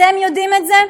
אתם יודעים את זה?